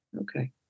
Okay